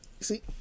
see